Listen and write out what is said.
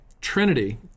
Trinity